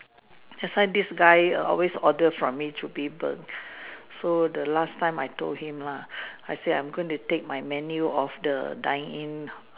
that's why this guy err always order from me chu-bee-png so the last time I told him lah I say I'm gonna take my menu off the dine in